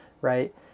Right